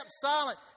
silent